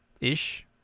Ish